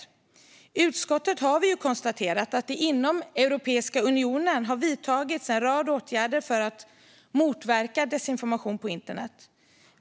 I utskottet har vi ju konstaterat att det inom Europeiska unionen har vidtagits en rad åtgärder för att motverka desinformation på internet.